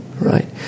right